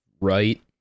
right